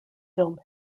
film